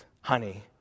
honey